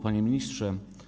Panie Ministrze!